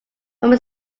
from